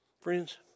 Friends